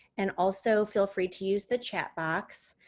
and also feel free to use the chat box.